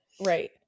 Right